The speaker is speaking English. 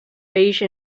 beige